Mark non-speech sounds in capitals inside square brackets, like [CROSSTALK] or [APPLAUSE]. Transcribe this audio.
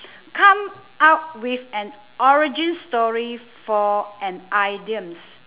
[BREATH] come up with an origin story for an idioms